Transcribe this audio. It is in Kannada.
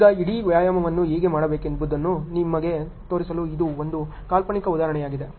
ಈಗ ಇಡೀ ವ್ಯಾಯಾಮವನ್ನು ಹೇಗೆ ಮಾಡಬೇಕೆಂಬುದನ್ನು ನಿಮಗೆ ತೋರಿಸಲು ಇದು ಒಂದು ಕಾಲ್ಪನಿಕ ಉದಾಹರಣೆಯಾಗಿದೆ